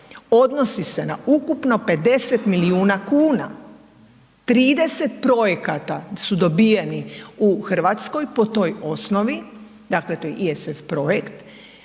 odnosi se na ukupno 50 milijuna kuna, 30 projekata su dobijeni u RH po toj osnovi, dakle to je ISF projekt